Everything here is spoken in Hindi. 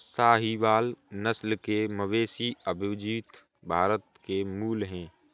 साहीवाल नस्ल के मवेशी अविभजित भारत के मूल हैं